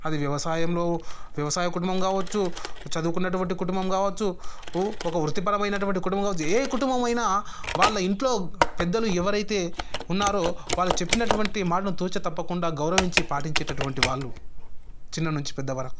అది వ్యవసాయంలో వ్యవసాయ కుటుంబం కావచ్చు చదువుకున్నటువంటి కుటుంబం కావచ్చు ఒక వృత్తిపరమైనటువంటి కుటుంబం కావొచ్చు ఏ కుటుంబం అయినా వాళ్ళ ఇంట్లో పెద్దలు ఎవరైతే ఉన్నారో వాళ్ళు చెప్పినటువంటి మాటను తూచా తప్పకుండా గౌరవించి పాటించేటటువంటి వాళ్ళు చిన్న నుంచి పెద్ద వరకు